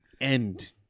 end